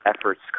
efforts